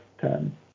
ten